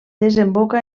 desemboca